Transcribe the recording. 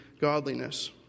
godliness